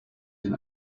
den